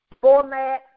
format